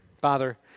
Father